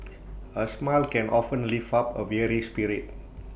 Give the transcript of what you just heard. A smile can often lift up A weary spirit